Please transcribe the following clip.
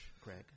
Craig